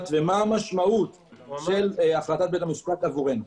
ומה המשמעות של החלטת בית המשפט עבורנו.